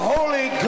Holy